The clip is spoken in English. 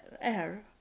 air